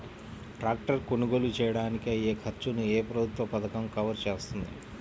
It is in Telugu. ట్రాక్టర్ కొనుగోలు చేయడానికి అయ్యే ఖర్చును ఏ ప్రభుత్వ పథకం కవర్ చేస్తుంది?